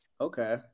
Okay